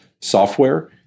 software